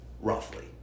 Roughly